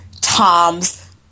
Tom's